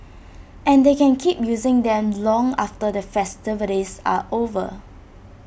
and they can keep using them long after the festivities are over